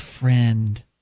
friend